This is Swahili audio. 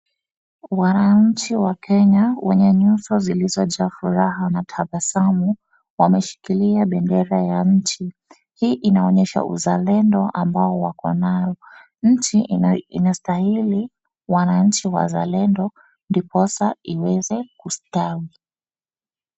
Wananchi wa Kenya wenye nyuso zilizojaa furaha na tabasamu wameshikilia bendera ya nchi. Hii inaonyesha uzalendo ambao wako nayo. Nchi inastahili wananchi wazalendo ndiposa iweze kustawi.